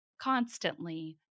constantly